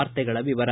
ವಾರ್ತೆಗಳ ವಿವರ